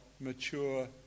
Mature